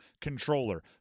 controller